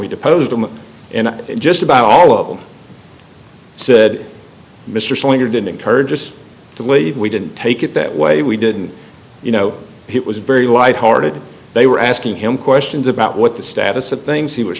deposed him and just about all of them said mr slater didn't encourage us to leave we didn't take it that way we didn't you know he was very light hearted they were asking him questions about what the status of things he was